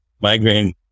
migraine